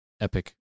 epic